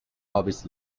hobbits